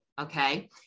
okay